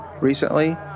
recently